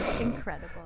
Incredible